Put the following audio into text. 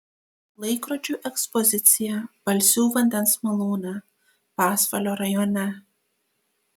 laikrodžių ekspozicija balsių vandens malūne pasvalio rajone